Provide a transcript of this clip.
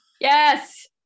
Yes